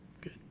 Good